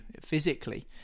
physically